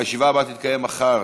הישיבה הבאה תתקיים מחר,